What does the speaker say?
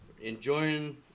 enjoying